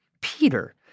Peter